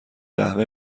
قهوه